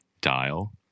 Dial